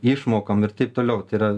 išmokom ir taip toliau tai yra